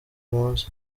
muzi